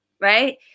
right